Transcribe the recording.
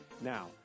Now